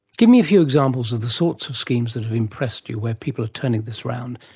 give me a few examples of the sorts of schemes that have impressed you where people are turning this around,